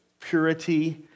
purity